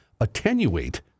attenuate